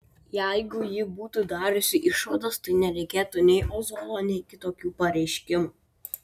jeigu ji būtų dariusi išvadas tai nereikėtų nei ozolo nei kitokių pareiškimų